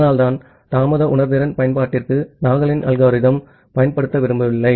அதனால்தான் தாமத உணர்திறன் பயன்பாட்டிற்கு நாகலின் அல்கோரிதம் பயன்படுத்த விரும்பவில்லை